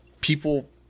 people